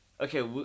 Okay